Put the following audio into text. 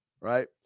right